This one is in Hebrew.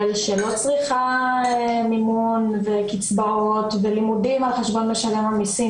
שלא צריכה מימון וקצבאות ולימודים על חשבון משלם המסים,